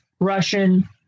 Russian